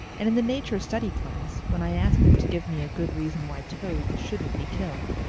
and in the nature study class, when i asked them to give me a good reason why toads shouldn't be killed,